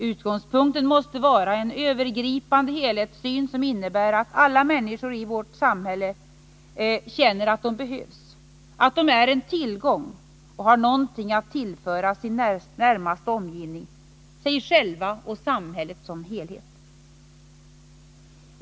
Utgångspunkten måste vara en övergripande helhetssyn, som innebär att alla människor i vårt samhälle känner att de behövs, att de är en tillgång och har någonting att tillföra sin närmaste omgivning, sig själva och samhället som helhet.